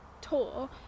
tour